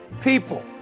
people